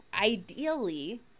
ideally